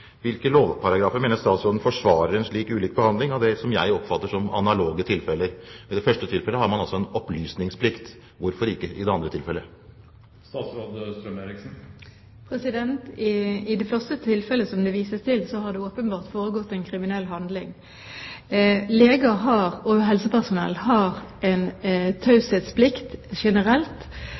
Hvilke lovparagrafer mener statsråden forsvarer en slik ulik behandling av det som jeg opplever som analoge tilfeller? I det første tilfellet har man altså en opplysningsplikt – hvorfor ikke i det andre tilfellet? I det første tilfellet som det vises til, har det åpenbart foregått en kriminell handling. Leger og helsepersonell har en taushetsplikt generelt,